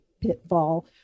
pitfall